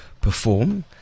perform